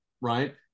right